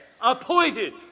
appointed